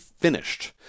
finished